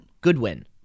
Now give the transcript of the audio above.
Goodwin